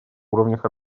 уровнях